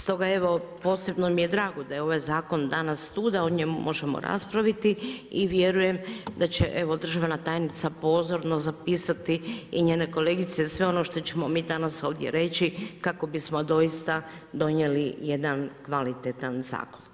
Stoga evo, posebno mi je drago da je ovaj zakon danas tu da o njemu možemo raspraviti i vjerujem da će evo državna tajnica pozorno zapisati i njene kolegice sve ono što ćemo mi danas ovdje reći kako bismo doista donijeli jedan kvalitetan zakon.